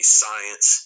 science